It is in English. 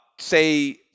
say